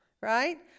right